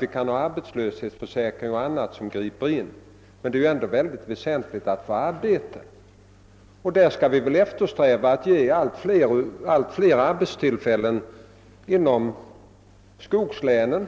Vi kan ha arbetslöshetsförsäkringar och annat som griper in, men det är ändå mycket väsentligt att människorna kan få arbete. I det sammanhanget skall vi eftersträva att skapa allt fler arbetstillfällen i skogslänen,